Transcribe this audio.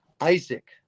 Isaac